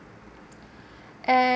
and